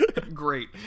Great